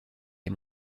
les